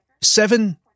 Seven